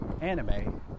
anime